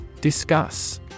Discuss